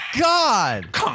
God